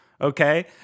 okay